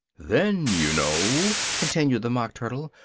then, you know, continued the mock turtle,